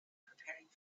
preparing